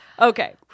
Okay